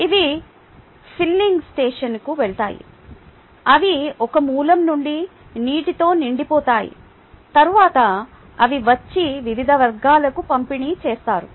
ఇవి ఫిల్లింగ్ స్టేషన్లకు వెళతాయి అవి ఒక మూలం నుండి నీటితో నిండిపోతాయి తరువాత అవి వచ్చి వివిధ వర్గాలకు పంపిణీ చేస్తాయి